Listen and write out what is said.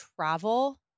travel